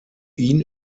ihn